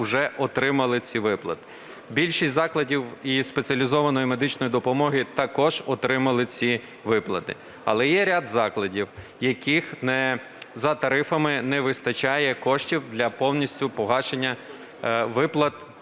уже отримали ці виплати. Більшість закладів із спеціалізованої медичної допомоги також отримали ці виплати. Але є ряд закладів, у яких за тарифами не вистачає коштів для повністю погашення виплат